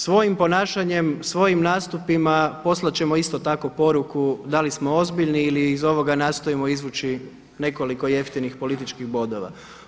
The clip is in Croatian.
Svojim ponašanjem, svojim nastupima poslat ćemo isto tako poruku da li smo ozbiljni ili iz ovoga nastojimo izvući nekoliko jeftinih političkih bodova.